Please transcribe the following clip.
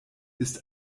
ist